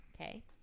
Okay